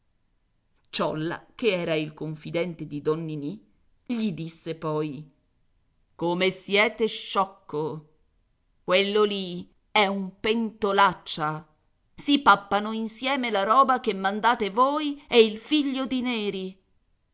ciolla che era il confidente di don ninì gli disse poi come siete sciocco quello lì è un pentolaccia si pappano insieme la roba che mandate voi e il figlio di neri